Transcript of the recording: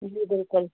जी बिल्कुलु